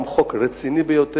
גם כן חוק רציני ביותר,